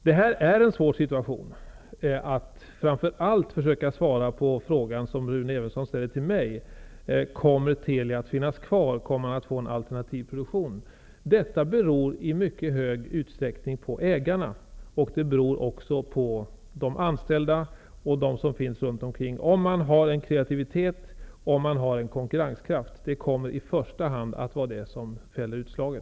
Det är svårt att svara på den fråga Rune Evensson ställde till mig, om Teli kommer att finnas kvar och om det kommer att finnas en alternativ produktion. Jag kan säga som så att det i mycket stor utsträckning beror på ägarna och de anställda -- om det finns kreativitet och konkurrenskraft. Det är i första hand detta som kommer att fälla utslaget.